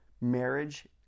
marriage